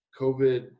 COVID